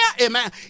amen